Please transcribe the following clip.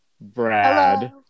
brad